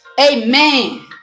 Amen